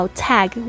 tag